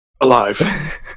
alive